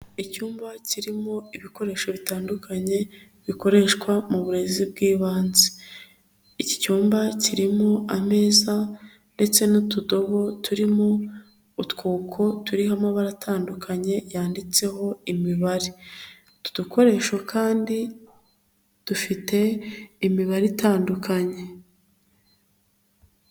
Icyumba kirimo ibikoresho bitandukanye, bikoreshwa mu burezi bw'ibanze, iki cyumba kirimo ameza ndetse n'utudobo turimo utwuko turiho amabara atandukanye yanditseho imibare, utu dukoresho kandi dufite imibare itandukanye.